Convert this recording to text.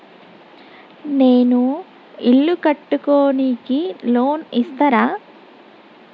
నేను ఇల్లు కట్టుకోనికి లోన్ ఇస్తరా?